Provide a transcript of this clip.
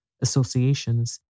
associations